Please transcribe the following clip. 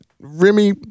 Remy